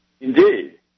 Indeed